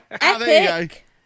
epic